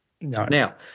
Now